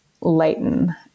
lighten